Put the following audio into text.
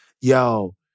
yo